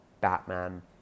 Batman